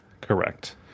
Correct